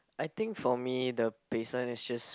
I think for me the baseline is just